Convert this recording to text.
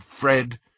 Fred